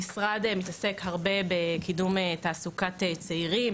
המשרד מתעסק הרבה בקידום תעסוקת צעירים.